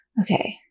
Okay